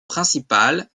principale